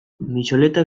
mitxoletak